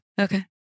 Okay